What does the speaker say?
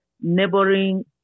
neighboring